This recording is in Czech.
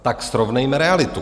Tak srovnejme realitu.